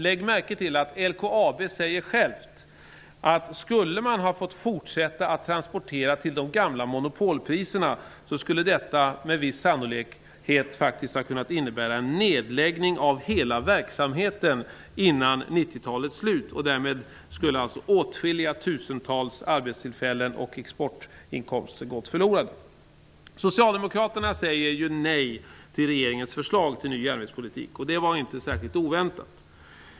Lägg märke till att LKAB säger självt att skulle man ha fått fortsätta att transportera till de gamla monopolpriserna, skulle detta med viss sannolikhet ha kunnat innebära en nedläggning av hela verksamheten före 90-talets slut. Därmed skulle åtskilliga tusentals arbetstillfällen och exportinkomster gått förlorade. Socialdemokraterna säger nej till regeringens förslag till ny järnvägspolitik. Det var inte särskilt oväntat.